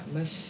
Mas